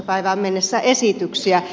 päivään mennessä esityksiä